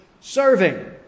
serving